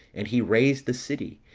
and he razed the city,